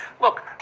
Look